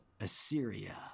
Assyria